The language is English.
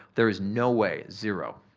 there is no way, zero,